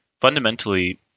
fundamentally